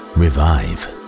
revive